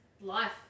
life